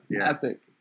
epic